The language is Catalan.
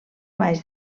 baix